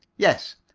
yes,